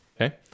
Okay